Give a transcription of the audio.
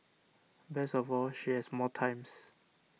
best of all she has more times